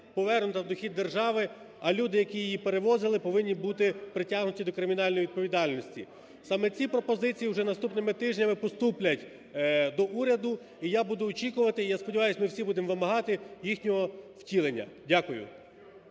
повернута в дохід держави, а люди, які її перевозили повинні бути притягнуті до кримінальної відповідальності. Саме ці пропозиції уже наступними тижнями поступлять до уряду і я буду очікувати, і я сподіваюся, ми всі будемо вимагати їхнього втілення. Дякую.